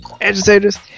agitators